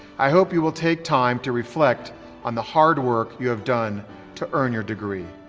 i hope you will take time to reflect on the hard work you have done to earn your degree.